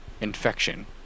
infection